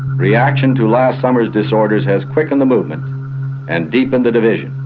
reaction to last summer's disorders has quickened the movement and deepened the division.